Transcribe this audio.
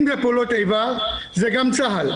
אם זה פעולות איבה, זה גם צה"ל.